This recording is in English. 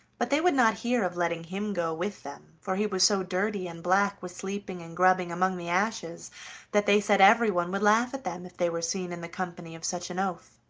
but they would not hear of letting him go with them, for he was so dirty and black with sleeping and grubbing among the ashes that they said everyone would laugh at them if they were seen in the company of such an oaf.